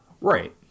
Right